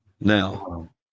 Now